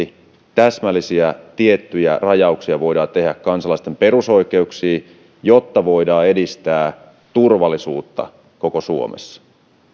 täsmällisiä tiettyjä rajauksia voidaan tehdä kansalaisten perusoikeuksiin jotta voidaan edistää turvallisuutta koko suomessa